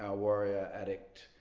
um warrior addict?